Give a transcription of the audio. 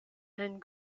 and